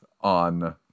on